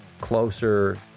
closer